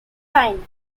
kind